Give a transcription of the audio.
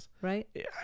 right